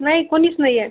नाही कोणीच नाही आहे